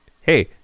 Hey